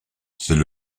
c’est